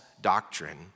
doctrine